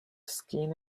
skin